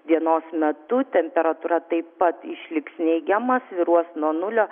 dienos metu temperatūra taip pat išliks neigiama svyruos nuo nulio